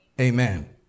Amen